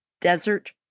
Desert